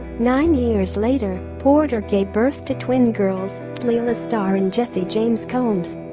nine years later, porter gave birth to twin girls, d'lila star and jessie james combs